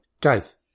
Guys